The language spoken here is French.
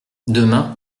demain